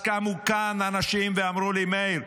אז קמו כאן אנשים ואמרו לי: מאיר,